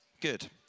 Good